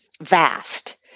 vast